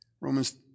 Romans